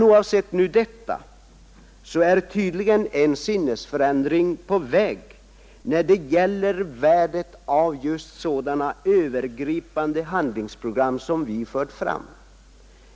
Oavsett detta är tydligen en sinnesförändring på väg när det gäller värdet av just sådana övergripande handlingsprogram som vi har föreslagit.